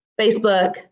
Facebook